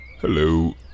Hello